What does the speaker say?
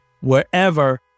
wherever